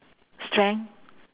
strength